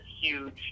huge